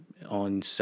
On